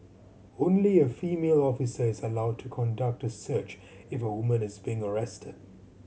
only a female officer is allowed to conduct a search if a woman is being arrested